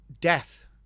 death